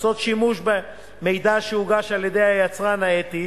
לעשות שימוש במידע שהוגש על-ידי היצרן האתי